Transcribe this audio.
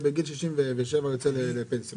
בגיל 67 הוא יוצא לפנסיה,